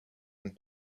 and